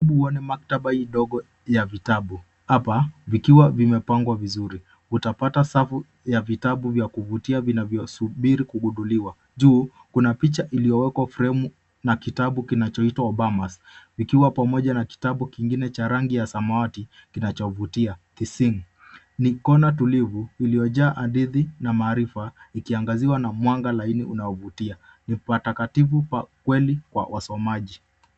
Karibu uone maktaba ndogo ya vitabu hapa vikiwa vimepangwa vizuri, utapata safu ya vitabu vya kuvutia vina vyosubiri kugunduliwa. Juu kuna picha iliowekwa fremu na kitabu kinacho itwa Obamas vikiwa pamoja na kitabu kingine cha rangi ya samawati kinacho vutia tisimu. Ni kona tulivu iliojaa hadithi na maarifa ikiangaziwa na mwanga laini unaovutia ni patakatifu pa kweli kwa wasomaji.